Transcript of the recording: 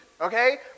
okay